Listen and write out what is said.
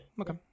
okay